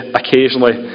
occasionally